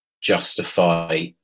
justify